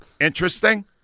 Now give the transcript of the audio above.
Interesting